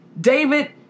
David